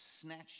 Snatched